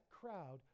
crowd